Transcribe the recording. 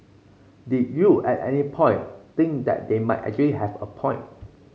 did you at any point think that they might actually have a point